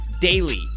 daily